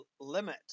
limit